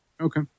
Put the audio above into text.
Okay